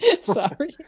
Sorry